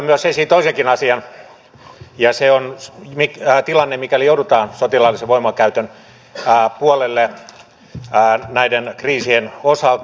nostan esiin toisenkin asian ja se on tilanne mikäli joudutaan sotilaallisen voimankäytön puolelle kriisien osalta